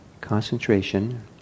concentration